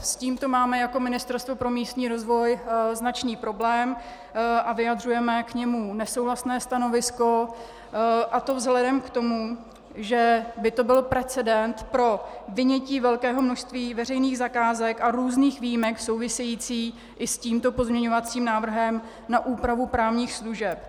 S tímto máme jako Ministerstvo pro místní rozvoj značný problém a vyjadřujeme k němu nesouhlasné stanovisko, a to vzhledem k tomu, že by to byl precedens pro vynětí velkého množství veřejných zakázek a různých výjimek souvisejících i s tímto pozměňovacím návrhem na úpravu právních služeb.